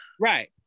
Right